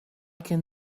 can